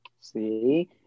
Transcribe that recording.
See